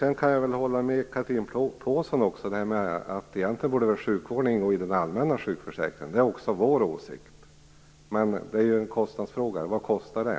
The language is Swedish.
Jag kan hålla med Chatrine Pålsson om att tandvården borde ingå i den allmänna sjukförsäkringen. Det är också vår åsikt. Men det är en kostnadsfråga. Vad kostar det?